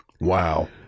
Wow